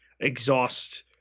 exhaust